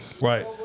right